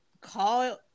call